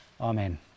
amen